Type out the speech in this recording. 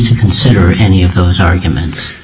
to consider any of those arguments